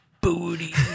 booty